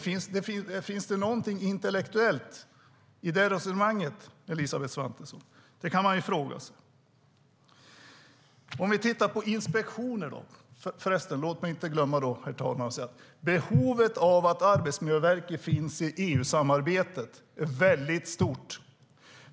Finns det något intelligent i det resonemanget, Elisabeth Svantesson? Det kan man fråga sig. Herr talman! Behovet av att Arbetsmiljöverket finns i EU-samarbetet är stort.